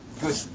good